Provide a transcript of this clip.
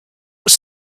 was